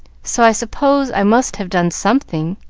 so i suppose i must have done something,